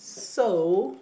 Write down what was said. so